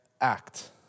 Act